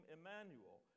Emmanuel